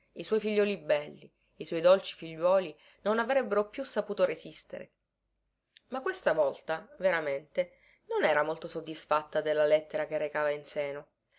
i suoi figliuoli belli i suoi dolci figliuoli non avrebbero più saputo resistere ma questa volta veramente non era molto soddisfatta della lettera che recava in seno